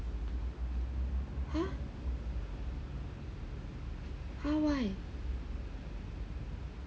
!huh! why